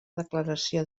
declaració